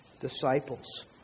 disciples